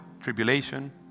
tribulation